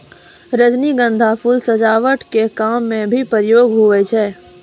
रजनीगंधा फूल सजावट के काम मे भी प्रयोग हुवै छै